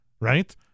Right